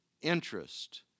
interest